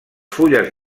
fulles